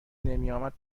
نمیآمد